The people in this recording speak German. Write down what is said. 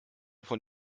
von